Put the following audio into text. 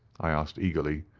i asked eagerly.